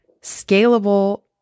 scalable